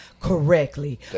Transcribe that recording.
correctly